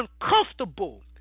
uncomfortable